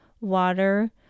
water